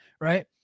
right